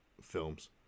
films